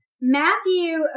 Matthew